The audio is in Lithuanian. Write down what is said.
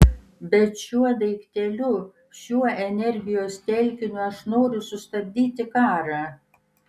bet šiuo daikteliu šiuo energijos telkiniu aš noriu sustabdyti karą